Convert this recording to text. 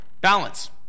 balance